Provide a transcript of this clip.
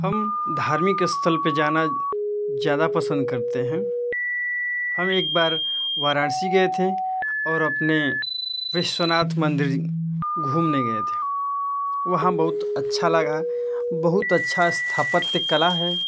हम धार्मिक स्थल पर जाना ज़्यादा पसंद करते हैं हम एक बार वाराणसी गए थे और अपने विश्वनाथ मंदिर घूमने गए थे वहाँ बहुत अच्छा लगा बहुत अच्छा स्थापत्य कला है